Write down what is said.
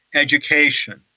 education.